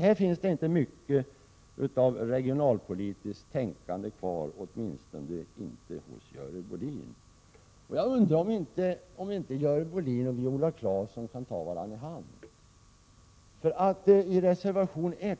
Här finns det inte mycket av 19 regionalpolitiskt tänkande kvar, åtminstone inte hos Görel Bohlin. Jag undrar om inte Görel Bohlin och Viola Claesson kan ta varandra i hand. I reservation 1